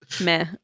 meh